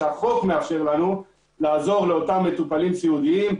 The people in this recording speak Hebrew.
שהחוק מאפשר לנו לעזור לאותם מטופלים סיעודיים,